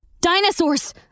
Dinosaurs